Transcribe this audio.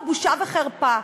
זו בושה וחרפה.